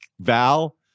Val